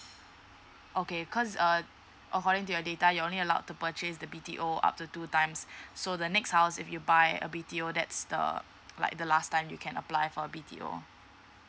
okay cause err according to your data you're only allowed to purchase the B_T_O up to two times so the next house if you buy a B _T_O that's the like the last time you can apply for a B_T_O